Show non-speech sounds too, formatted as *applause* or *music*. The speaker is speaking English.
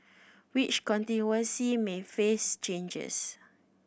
which *unintelligible* may face changes